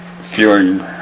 feeling